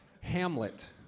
Hamlet